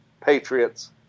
Patriots